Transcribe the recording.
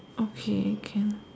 okay can